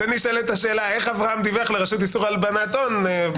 נשאלת השאלה איך אברהם דיווח לרשות איסור הלבנת הון.